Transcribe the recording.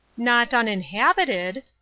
not uninhabited!